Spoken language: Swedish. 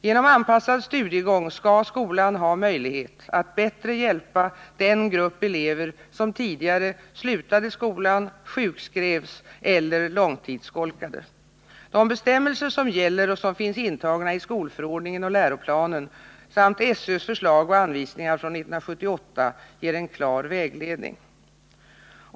Genom anpassad studiegång skall skolan ha möjlighet att bättre hjälpa den grupp elever som tidigare slutade skolan, sjukskrevs eller långtidsskolkade. De bestämmelser som gäller och som finns intagna i skolförordningen och läroplanen samt SÖ:s förslag och anvisningar från 1978 ger en klar vägledning.